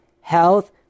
health